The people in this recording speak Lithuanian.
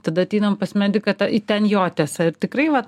tada ateinam pas mediką ta į ten jo tiesa tikrai vat